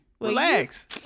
Relax